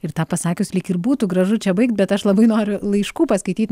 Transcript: ir tą pasakius lyg ir būtų gražu čia baigt bet aš labai noriu laiškų paskaityt